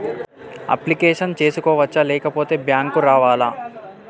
Application చేసుకోవచ్చా లేకపోతే bank రావాలా?